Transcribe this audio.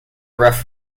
rough